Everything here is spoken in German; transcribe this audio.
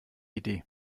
idee